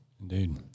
Indeed